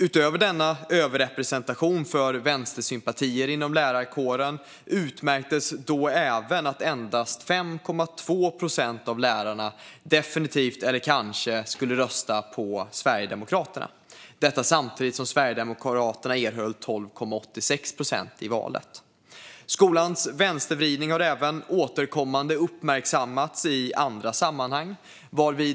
Utöver denna överrepresentation för vänstersympatier inom lärarkåren märktes även att endast 5,2 procent av lärarna definitivt eller kanske skulle rösta på Sverigedemokraterna, detta samtidigt som Sverigedemokraterna erhöll 12,86 procent i valet. Skolans vänstervridning har även återkommande uppmärksammats i andra sammanhang.